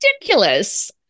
ridiculous